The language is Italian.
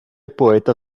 poeta